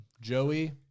Joey